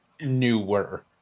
newer